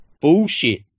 Bullshit